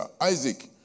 Isaac